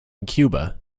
cuba